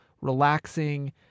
relaxing